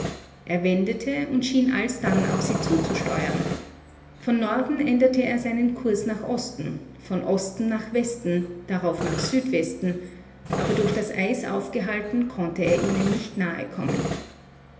er wendete und schien alsdann auf sie zuzusteuern von norden änderte er seinen kurs nach osten von osten nach westen darauf nach südwesten aber durch das eis aufgehalten konnte er ihnen nicht nahe kommen